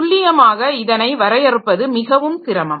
துல்லியமாக இதனை வரையறுப்பது மிகவும் சிரமம்